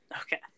Okay